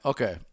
Okay